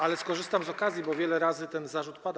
Ale skorzystam z okazji, bo wiele razy ten zarzut pada.